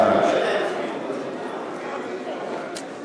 אתה מקבל, אני מבין, אני מסבירה לו מה זה הצמדה.